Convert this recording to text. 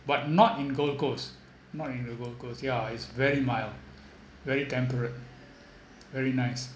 but not in gold coast not in gold coast yeah it's very mild very temperate very nice